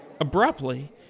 Abruptly